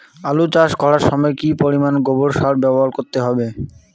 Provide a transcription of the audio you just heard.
আলু চাষ করার সময় কি পরিমাণ গোবর সার ব্যবহার করতে হবে?